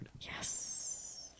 Yes